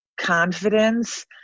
confidence